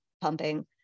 pumping